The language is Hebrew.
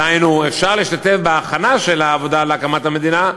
דהיינו אפשר להשתתף בהכנה של העבודה להקמת המדינה,